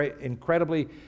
incredibly